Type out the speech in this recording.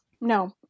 No